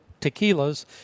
tequilas